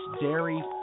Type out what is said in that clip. dairy